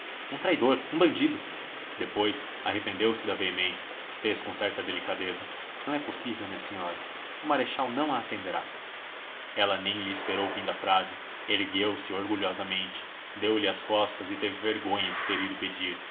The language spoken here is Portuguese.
um traidor um bandido depois arrependeu-se da veemência fez com certa delicadeza não é possível minha senhora o marechal não a atenderá ela nem lhe esperou o fim da frase ergueu-se orgulhosamente deu-lhe as costas e teve vergonha de ter ido pedir